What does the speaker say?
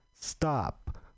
stop